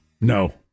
No